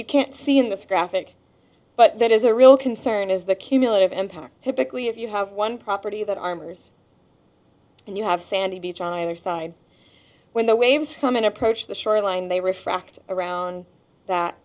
you can't see in this graphic but that is a real concern is the cumulative impact typically if you have one property that armors and you have sandy beach on either side when the waves come in approach the shoreline they refract around that